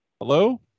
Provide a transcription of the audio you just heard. Hello